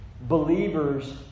believers